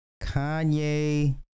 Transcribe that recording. Kanye